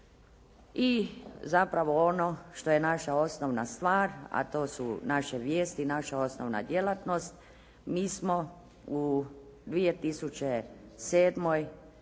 i zapravo ono što je naša osnovna stvar, a to su naše vijesti i naša osnovna djelatnost mi smo u 2007. kao i